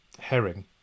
herring